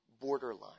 borderline